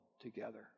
together